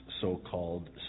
so-called